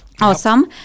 Awesome